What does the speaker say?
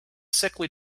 sickly